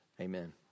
amen